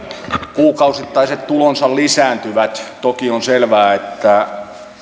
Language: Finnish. kuukausittaiset tulot lisääntyvät toki on selvää että